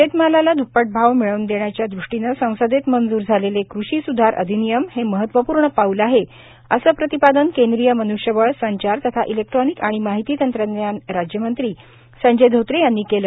शेतमालाला द्रप्पट भाव मिळव्न देण्याच्या दृष्टीनं संसदेत मंजूर झालेले कृषी स्धार अधिनियम हे महत्वपूर्ण पाउल आहेत असं प्रतिपादन केंद्रीय मन्ष्यबळ संचार तथा इलेक्ट्रॉनिक आणि माहिती तंत्रज्ञान राज्यमंत्री संजय धोत्रे यांनी केलं